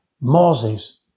Moses